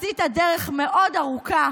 עשית דרך מאוד ארוכה